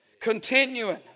continuing